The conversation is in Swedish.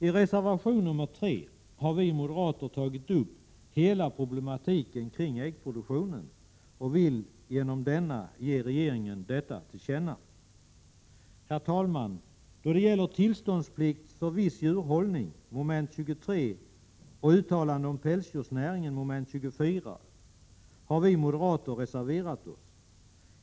I reservation nr 3 har vi moderater tagit upp hela problematiken kring äggproduktionen och vill genom denna ge regeringen detta till känna. Herr talman! Då det gäller tillståndsplikt för viss djurhållning och uttalande om pälsdjursnäringen har vi moderater reserverat oss.